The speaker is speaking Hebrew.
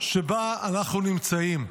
שבה אנחנו נמצאים.